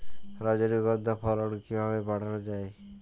রজনীগন্ধা ফলন কিভাবে বাড়ানো যায়?